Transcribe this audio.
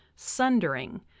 sundering